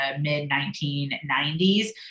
mid-1990s